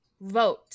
vote